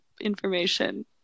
information